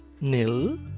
nil